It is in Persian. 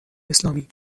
اسلامی